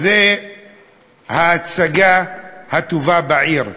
זו ההצגה הטובה בעיר,